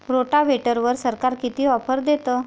रोटावेटरवर सरकार किती ऑफर देतं?